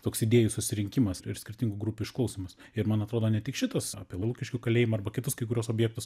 toks idėjų susirinkimas ir ir skirtingų grupių išklausymas ir man atrodo ne tik šitas apie lukiškių kalėjimą arba kitus kai kuriuos objektus